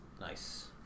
Nice